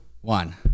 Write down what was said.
one